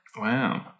Wow